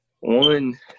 One